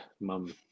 mum